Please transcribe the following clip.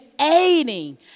aiding